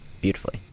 beautifully